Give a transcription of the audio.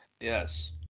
Yes